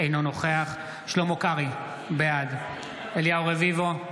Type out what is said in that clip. אינו נוכח שלמה קרעי, בעד אליהו רביבו,